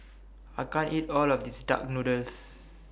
I can't eat All of This Duck Noodles